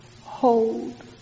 Hold